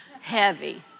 heavy